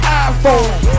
iPhone